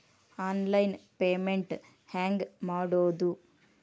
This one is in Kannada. ಆನ್ಲೈನ್ ಪೇಮೆಂಟ್ ಹೆಂಗ್ ಮಾಡೋದು?